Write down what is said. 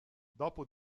dopo